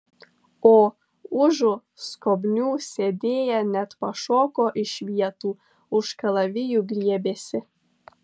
o užu skobnių sėdėję net pašoko iš vietų už kalavijų griebėsi